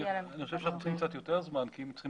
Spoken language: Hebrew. אני חושב שאנחנו צריכים קצת יותר זמן כי אם צריכים